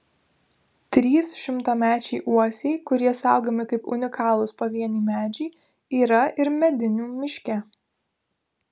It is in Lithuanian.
trys šimtamečiai uosiai kurie saugomi kaip unikalūs pavieniai medžiai yra ir medinių miške